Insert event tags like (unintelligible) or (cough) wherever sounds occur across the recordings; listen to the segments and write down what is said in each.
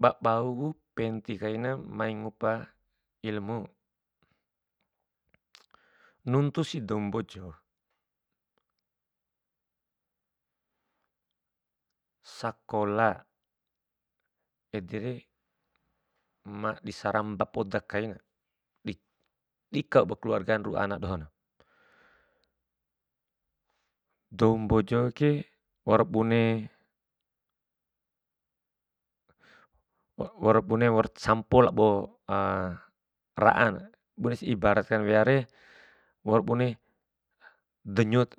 Ba bauku penti kaina mai ngupa ilmu nuntusi dou mbojo, sakola edere ma disaramba poda kain di- dikau ba kaluarga ru'u ana dohon. Dou mbojoke wau bune, waur bune, waur campo labo (hesitation) ra'an, bunesi ibarat kan weare, waur bune denyut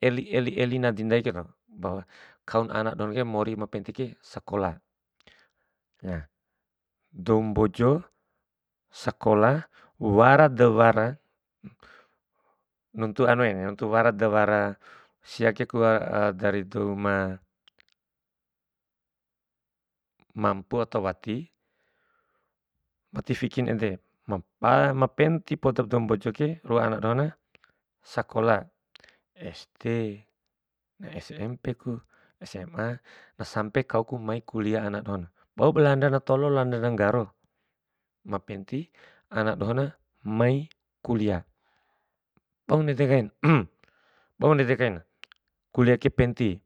eli- eli- eli nadi ndae kero, (unintelligible) kaun ana dohonke mori ma pentike sakola. Na, dou mbojo sekola wara da wara, nuntu anue, nuntu wara da wara siake (unintelligible) dari dou ma- mampu ato wati, wati fikina ede, ma pa, ma penti podap dou mbojoke ru'u ana dohona sakola, sd, na smp ku, sma, na sampe kauku mai kulia ana dohon, bauba landa tolo, landana nggaro, ma penti ana dohona mai kulia, bau ndede kain (noise) bau ndede kain, kulia ke penti.